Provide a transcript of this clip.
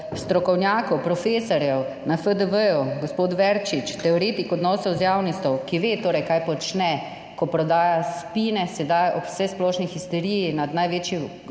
na FDV: gospod Verčič, teoretik odnosov z javnostjo, ki ve torej, kaj počne, ko prodaja spine sedaj ob vsesplošni histeriji nad največjo